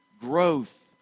growth